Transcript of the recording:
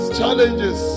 challenges